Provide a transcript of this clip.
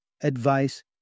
advice